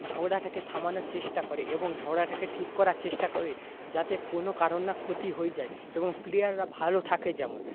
ঝগড়াটাকে থামানোর চেষ্টা করে এবং ঝগড়াটাকে ঠিক করার চেষ্টা করে যাতে কোনও কারুর না ক্ষতি হয়ে যায় এবং প্লেয়াররা ভালো থাকে যেমন